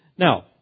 Now